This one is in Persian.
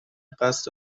قصد